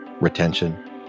Retention